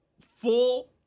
full